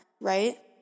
right